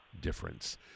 difference